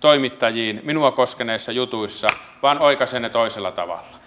toimittajiin minua koskevissa jutuissa vaan oikaisen ne toisella tavalla